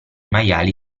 maiali